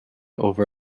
over